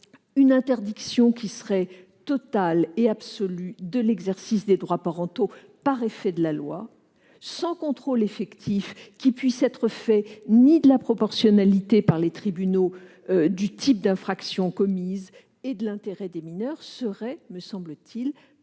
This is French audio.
Une interdiction qui serait totale et absolue de l'exercice des droits parentaux par effet de la loi, sans contrôle effectif qui puisse être fait ni de la proportionnalité par les tribunaux du type d'infraction commise ni de l'intérêt des mineurs, ne serait pas, me semble-t-il,